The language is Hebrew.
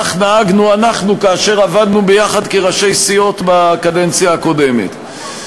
וכך נהגנו כאשר עבדנו ביחד כראשי סיעות בקדנציה הקודמת.